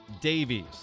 Davies